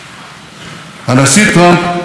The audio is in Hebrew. שיתוף הפעולה הצבאי,